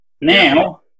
Now